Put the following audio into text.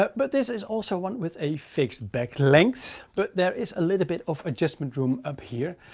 but but this is also one with a fixed back length. but there is a little bit of adjustment room up here.